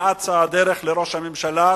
מה אצה הדרך לראש הממשלה?